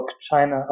*China